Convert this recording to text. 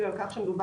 אלה שנזקקים כבר